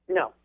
no